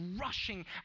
rushing